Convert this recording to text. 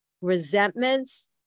Resentments